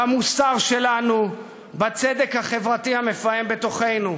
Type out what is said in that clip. במוסר שלנו, בצדק החברתי המפעם בתוכנו.